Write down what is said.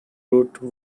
route